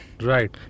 Right